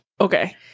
Okay